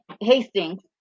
Hastings